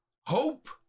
hope